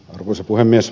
arvoisa puhemies